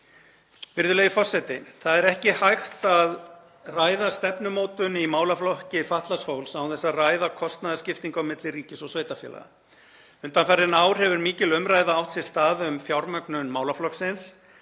Virðulegi forseti. Það er ekki hægt að ræða stefnumótun í málaflokki fatlaðs fólks án þess að ræða kostnaðarskiptingu á milli ríkis og sveitarfélaga. Undanfarin ár hefur mikil umræða átt sér stað um fjármögnun málaflokksins